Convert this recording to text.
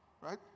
right